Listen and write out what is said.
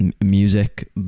music